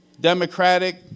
Democratic